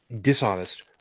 dishonest